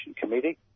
committee